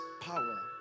power